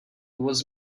was